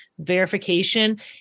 verification